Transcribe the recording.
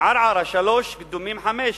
ערערה, 3, קדומים, 5,